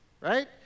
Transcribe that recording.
right